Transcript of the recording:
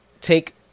take